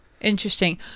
interesting